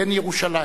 בן ירושלים,